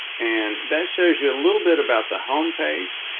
and that shows you a little bit about the homepage.